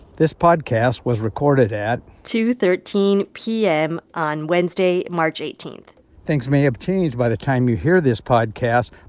this podcast was recorded at. two thirteen p m. on wednesday, march eighteen point things may have changed by the time you hear this podcast.